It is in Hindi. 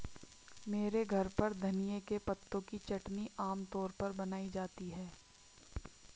मेरे घर पर धनिए के पत्तों की चटनी आम तौर पर बनाई जाती है